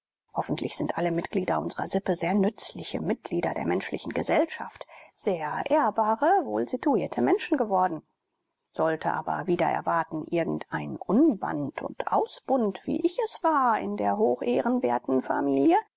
hoffentlich sind alle mitglieder unserer sippe sehr nützliche mitglieder der menschlichen gesellschaft sehr ehrbare wohlsituierte menschen geworden sollte aber wider erwarten irgendein unband und ausbund wie ich es war in der hochehrenwerten familie